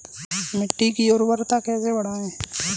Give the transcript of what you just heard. मिट्टी की उर्वरता कैसे बढ़ाएँ?